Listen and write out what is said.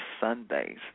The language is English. Sundays